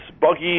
buggy